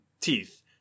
teeth